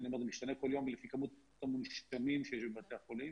זה משתנה כול יום לפי כמות המונשמים שיש בבתי החולים,